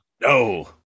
No